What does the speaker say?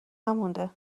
نمونده